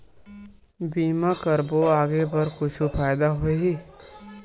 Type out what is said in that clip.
बीमा करबो आगे बर कुछु फ़ायदा होही?